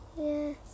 Yes